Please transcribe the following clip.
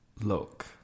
Look